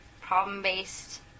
problem-based